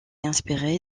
inspiré